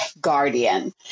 guardian